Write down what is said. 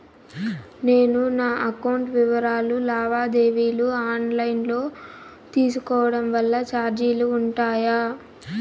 నేను నా అకౌంట్ వివరాలు లావాదేవీలు ఆన్ లైను లో తీసుకోవడం వల్ల చార్జీలు ఉంటాయా?